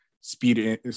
speed